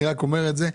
אני רק אומר את זה.